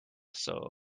sol